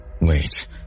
wait